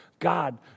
God